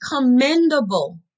commendable